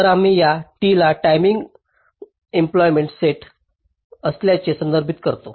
तर आम्ही या T ला टायमिंग एंडपॉइंट्सचा सेट असल्याचे संदर्भित करतो